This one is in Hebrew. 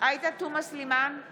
עאידה תומא סלימאן,